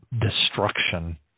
destruction